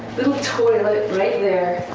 little toilet right there.